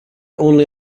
only